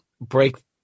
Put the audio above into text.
break